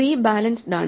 tree ബാലൻസ്ഡ്ആണ്